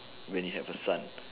when you have a son